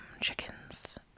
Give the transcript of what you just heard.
chickens